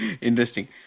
Interesting